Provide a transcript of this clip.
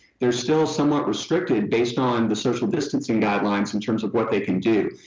they're still somewhat restricted based on the social distancing guidelines in terms of what they can do.